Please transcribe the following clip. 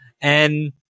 And-